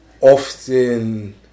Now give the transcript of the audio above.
often